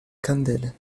candele